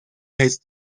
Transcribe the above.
his